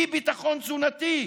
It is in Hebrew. אי-ביטחון תזונתי,